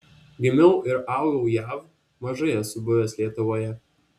gimiau ir augau jav mažai esu buvęs lietuvoje